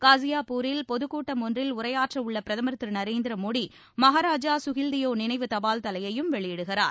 காஸியாப்பூரில் பொது கூட்டம் ஒன்றில் உரையாற்றவுள்ள பிரதமர் திரு நரேந்திர மோடி மகாராஜா சுஹில்தியோ நினைவு தபால்தலையையும் வெளியிடுகிறார்